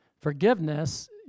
Forgiveness